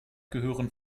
gehören